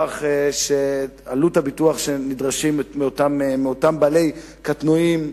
הביטוח ובעלות הביטוח שנדרש מאותם בעלי קטנועים,